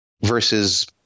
versus